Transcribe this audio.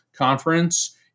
conference